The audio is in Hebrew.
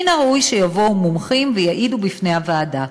מן הראוי שיבואו מומחים ויעידו בפני הוועדה.